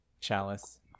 chalice